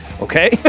Okay